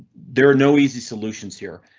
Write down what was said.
there are no easy solutions here